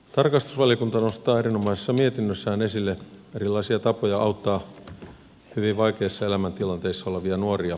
tarkastusvaliokunta nostaa erinomaisessa mietinnössään esille erilaisia tapoja auttaa hyvin vaikeassa elämäntilanteessa olevia nuoria